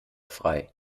frei